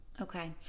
Okay